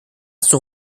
son